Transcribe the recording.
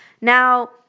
Now